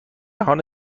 جهان